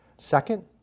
Second